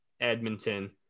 Edmonton